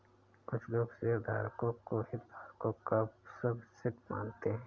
कुछ लोग शेयरधारकों को हितधारकों का सबसेट मानते हैं